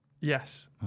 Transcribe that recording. Yes